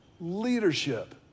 leadership